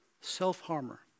self-harmer